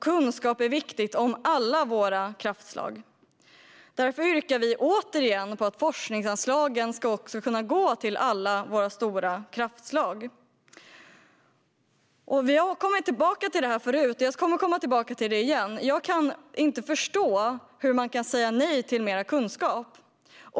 Kunskap om alla våra kraftslag är viktigt. Därför yrkar vi moderater återigen att forskningsanslagen ska gå till alla våra stora kraftslag. Jag har återkommit till denna fråga förut, och jag kommer att återkomma till den igen, men jag kan inte förstå hur man kan säga nej till mer kunskap.